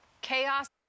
chaos